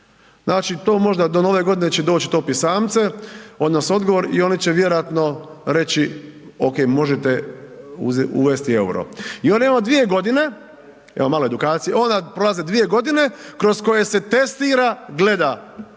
znači to možda do Nove Godine će doći to pisamce odnosno odgovor i oni će vjerojatno reći okej možete uvesti EUR-o i evo vam 2.g., evo malo edukacije, onda prolaze 2.g. kroz koje se testira, gleda